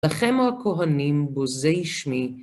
לכם הכהנים בוזי שמי.